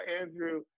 Andrew